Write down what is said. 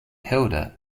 hilda